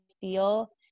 feel